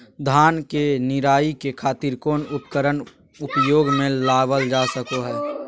धान के निराई के खातिर कौन उपकरण उपयोग मे लावल जा सको हय?